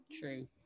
True